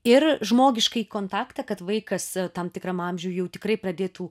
ir žmogiškąjį kontaktą kad vaikas tam tikram amžiuj jau tikrai pradėtų